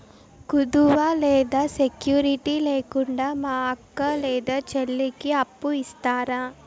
కుదువ లేదా సెక్యూరిటి లేకుండా మా అక్క లేదా చెల్లికి అప్పు ఇస్తారా?